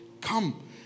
Come